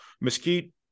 Mesquite